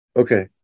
Okay